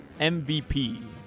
MVP